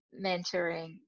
mentoring